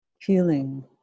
healing